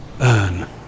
Earn